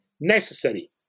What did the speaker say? necessary